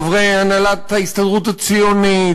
חברי הנהלת ההסתדרות הציונית,